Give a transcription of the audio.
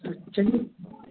तो चलिए